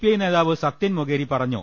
I നേതാവ് സത്യൻ മൊകേരി പറഞ്ഞു